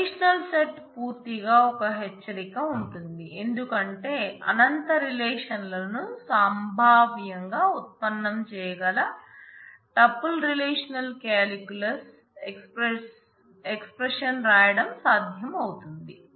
relational set పూర్తిగా ఒక హెచ్చరిక ఉంటుంది ఎందుకంటే అనంత రిలేషన్లను సంభావ్యంగా ఉత్పన్నం చేయగల టూపుల్ రిలేషనల్ కాలిక్యులస్ఎక్స్ ప్రెషన్ రాయడం సాధ్యం అవుతుంది